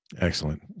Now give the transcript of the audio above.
Excellent